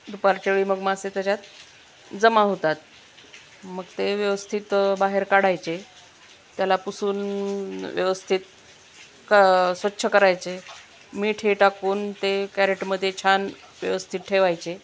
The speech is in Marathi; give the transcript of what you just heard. दुपारच्या वेळी मग मासे त्याच्यात जमा होतात मग ते व्यवस्थित बाहेर काढायचे त्याला पुसून व्यवस्थित क स्वच्छ करायचे मीठ हे टाकून ते कॅरेटमध्ये छान व्यवस्थित ठेवायचे